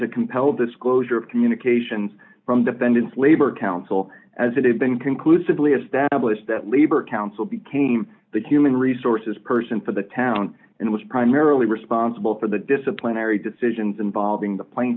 to compel disclosure of communications from defendants labor council as it had been conclusively established that labor council became the human resources person for the town and was primarily responsible for the disciplinary decisions involving the pla